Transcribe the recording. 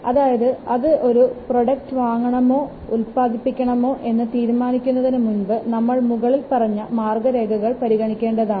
അതായത് അത് ഒരു പ്രോഡക്റ്റ് വാങ്ങണമോഉൽപാദിപ്പിക്കണമോ എന്ന് തീരുമാനിക്കുന്നതിനു മുമ്പ് നമ്മൾ മുകളിൽ പറഞ്ഞ മാർഗ്ഗരേഖകൾ പരിഗണിക്കേണ്ടതാണ്